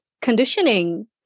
conditioning